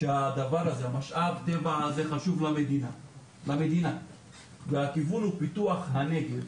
משאב הטבע חשוב למדינה והכיוון הוא פיתוח הנגב,